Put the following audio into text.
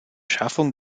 schaffung